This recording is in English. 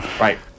Right